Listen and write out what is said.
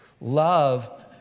Love